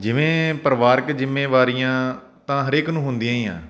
ਜਿਵੇਂ ਪਰਿਵਾਰਕ ਜ਼ਿੰਮੇਵਾਰੀਆਂ ਤਾਂ ਹਰੇਕ ਨੂੰ ਹੁੰਦੀਆਂ ਹੀ ਆ